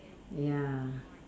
ya